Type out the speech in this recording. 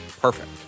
perfect